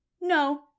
no